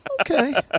Okay